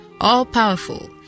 all-powerful